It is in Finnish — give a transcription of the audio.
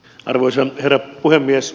arvoisa herra puhemies